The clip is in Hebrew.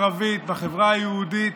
בחברה הערבית, בחברה היהודית,